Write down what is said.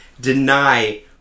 deny